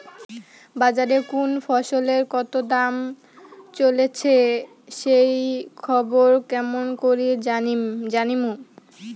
বাজারে কুন ফসলের কতো দাম চলেসে সেই খবর কেমন করি জানীমু?